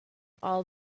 all